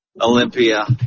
Olympia